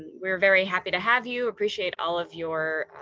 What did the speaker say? we're very happy to have you appreciate all of your